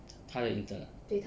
她的 intern ah